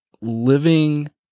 living